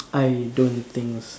I don't think s~